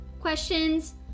questions